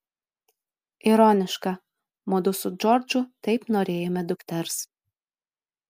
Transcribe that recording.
ironiška mudu su džordžu taip norėjome dukters